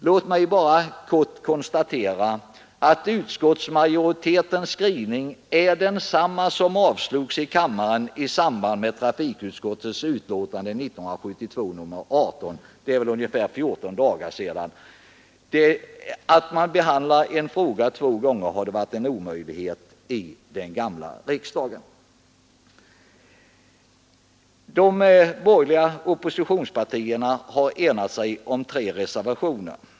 Låt mig bara kort konstatera att utskottsmajoritetens skrivning är densamma som avslagits av kammaren i samband med behandlingen av trafikutskottets betänkande nr 18. Det är ungefär 14 dagar sedan. Att behandla en fråga två gånger på ett år hade varit en omöjlighet i den gamla riksdagen. De borgerliga oppositionspartierna har enat sig om tre reservationer.